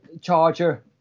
Charger